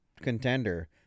contender